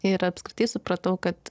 ir apskritai supratau kad